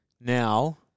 now